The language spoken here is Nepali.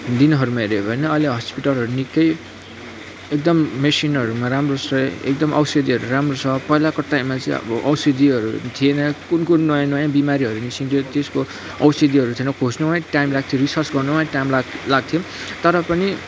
दिनहरूमा हेर्यो भने अहिले हस्पिटलहरू निक्कै एकदम मेसिनहरूमा राम्रो छ एकदम औषधिहरू राम्रो छ पहिलाको टाइममा चाहिँ अब औषधिहरू थिएन कुन कुन नयाँ बिमारीहरू निस्किन्थ्यो त्यसको औषधिहरू थिएन खोज्नुमै टाइम लाग्थ्यो रिसर्च गर्नुमै टाइम लाग्थ्यो तर पनि